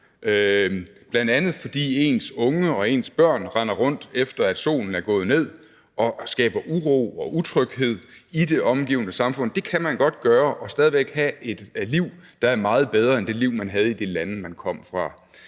bl.a. fordi ens unge og ens børn render rundt, efter solen er gået ned, og skaber uro og utryghed i det omgivende samfund. Det kan man godt gøre og stadig væk have et liv, der er meget bedre end det liv, man havde i det land, man kom fra,